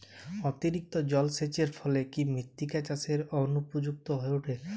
অতিরিক্ত জলসেচের ফলে কি মৃত্তিকা চাষের অনুপযুক্ত হয়ে ওঠে?